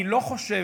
אני לא חושב,